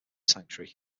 sanctuary